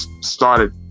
started